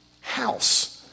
house